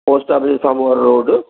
post office जे साम्हूं वारो रोड